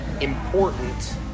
important